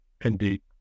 Indeed